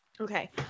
Okay